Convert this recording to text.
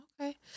Okay